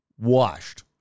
Washed